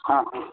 हाँ हाँ